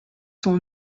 sont